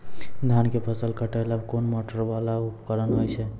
धान के फसल काटैले कोन मोटरवाला उपकरण होय छै?